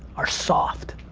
are soft.